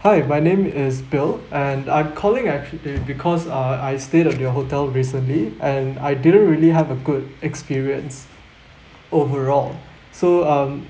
hi my name is bill and I'm calling actua~ because uh I stayed at your hotel recently and I didn't really have a good experience overall so um